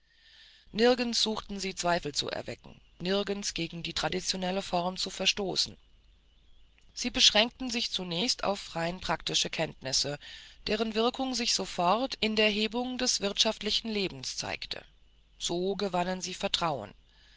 nirgends suchten sie zweifel zu erwecken nirgends gegen die traditionelle form zu verstoßen sie beschränkten sich zunächst auf rein praktische kenntnisse deren wirkung sich sofort in der hebung des wirtschaftlichen lebens zeigte so gewannen sie vertrauen